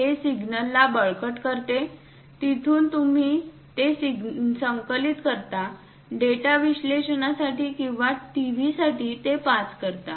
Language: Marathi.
हे सिग्नलला बळकट करते तिथून तुम्ही ते संकलित करता डेटा विश्लेषणासाठी किंवा टीव्हीसाठी ते पास करता